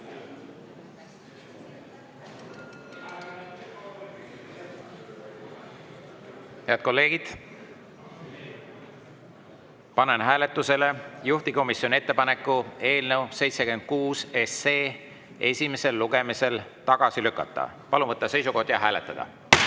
Head kolleegid, panen hääletusele juhtivkomisjoni ettepaneku eelnõu 76 esimesel lugemisel tagasi lükata. Palun võtta seisukoht ja hääletada!